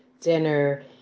dinner